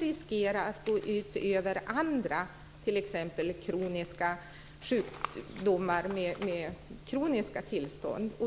riskera att gå ut över andra, t.ex. sådana med sjukdomar med kroniska tillstånd.